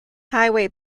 highway